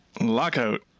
Lockout